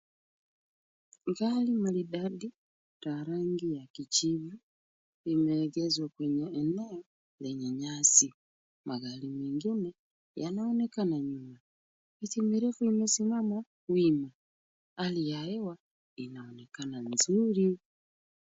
Gari maridadi la rangi ya kijivu limeegezwa kwenye eneo la nyasi. Magari mengine yanaonekana nyuma. Miti mirefu imesimama wima. Hali ya hewa inaonekana ni nzuri.